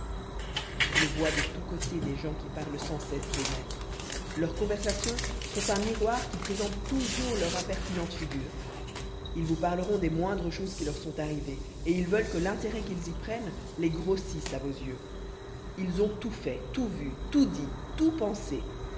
je vois de tous côtés des gens qui parlent sans cesse d'eux-mêmes leurs conversations sont un miroir qui présente toujours leur impertinente figure ils vous parleront des moindres choses qui leur sont arrivées et ils veulent que l'intérêt qu'ils y prennent les grossisse à vos yeux ils ont tout fait tout vu tout dit tout pensé